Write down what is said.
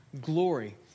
glory